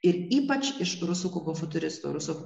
ir ypač iš rusų koko futuristų rusų